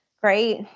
great